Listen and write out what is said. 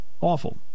awful